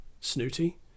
snooty